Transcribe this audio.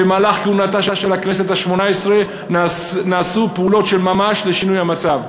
במהלך כהונתה של הכנסת השמונה-עשרה נעשו פעולות של ממש לשינוי המצב.